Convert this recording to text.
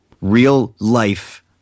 real-life